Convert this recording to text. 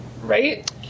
Right